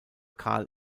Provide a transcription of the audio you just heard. karl